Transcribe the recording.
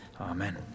Amen